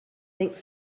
think